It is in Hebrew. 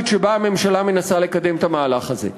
שבה הממשלה מנסה לקדם את המהלך הזה.